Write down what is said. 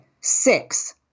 Six